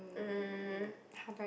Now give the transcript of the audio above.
um